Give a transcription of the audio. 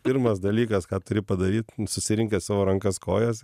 pirmas dalykas ką turi padaryt susirinkęs savo rankas kojas